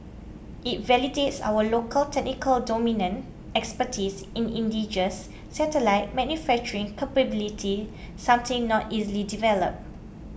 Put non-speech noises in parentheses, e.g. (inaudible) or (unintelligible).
it validates our local technical (unintelligible) expertise in indigenous satellite manufacturing capability something not easily developed